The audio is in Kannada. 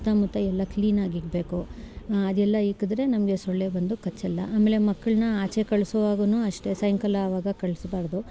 ಸುತ್ತಮುತ್ತ ಎಲ್ಲ ಕ್ಲೀನಾಗಿಡ್ಬೇಕು ಅದೆಲ್ಲ ಇಕ್ಕಿದ್ರೆ ನಮಗೆ ಸೊಳ್ಳೆ ಬಂದು ಕಚ್ಚೋಲ್ಲ ಆಮೇಲೆ ಮಕ್ಕಳನ್ನು ಆಚೆ ಕಳಿಸುವಾಗಲೂ ಅಷ್ಟೆ ಸಾಯಂಕಾಲ ಆವಾಗ ಕಳಿಸ್ಬಾರ್ದು